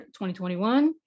2021